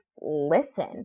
listen